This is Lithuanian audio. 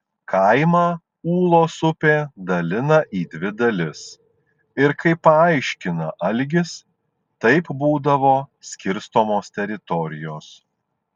kaimą ūlos upė dalina į dvi dalis ir kaip paaiškina algis taip būdavo skirstomos teritorijos